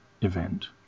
event